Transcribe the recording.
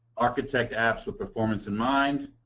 architect apps with performance in mind,